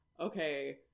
okay